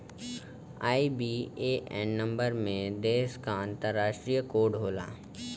IBAN number में देश क अंतरराष्ट्रीय कोड होला